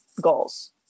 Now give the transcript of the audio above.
goals